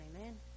amen